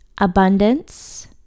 abundance